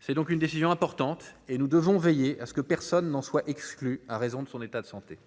C'est donc une décision importante et nous devons veiller à ce que personne n'en soit exclu, à raison de son état de santé,